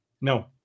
No